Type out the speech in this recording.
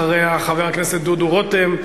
אחריה, חבר הכנסת דודו רותם.